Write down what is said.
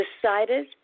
decided